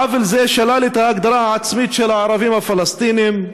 עוול זה שלל את ההגדרה העצמית של הערבים הפלסטינים,